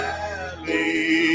Valley